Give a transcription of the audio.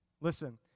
Listen